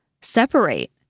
separate